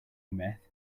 meth